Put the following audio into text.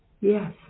yes